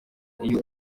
iyo